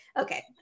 okay